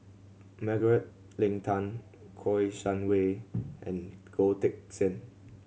Margaret Leng Tan Kouo Shang Wei and Goh Teck Sian